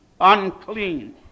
unclean